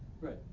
Right